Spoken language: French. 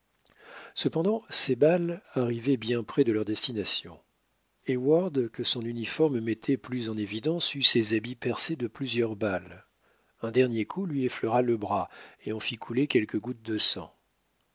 cependant ses balles arrivaient bien près de leur destination heyward que son uniforme mettait plus en évidence eut ses habits percés de plusieurs balles un dernier coup lui effleura le bras et en fit couler quelques gouttes de sang